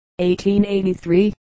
1883